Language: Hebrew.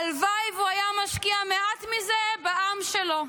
הלוואי שהוא היה משקיע מעט מזה בעם שלו.